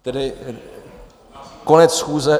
Tedy konec schůze...